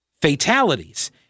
fatalities